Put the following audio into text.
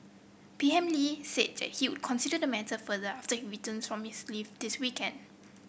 P M Lee said that he would consider the matter further after returns from his leave this weekend